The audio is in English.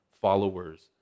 followers